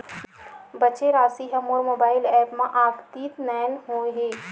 बचे राशि हा मोर मोबाइल ऐप मा आद्यतित नै होए हे